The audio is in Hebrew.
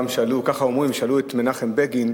שאומרים שפעם שאלו את מנחם בגין: